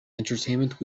entertainment